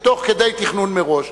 תוך כדי תכנון מראש.